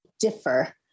differ